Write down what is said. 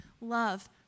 love